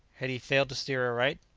had he failed to steer aright?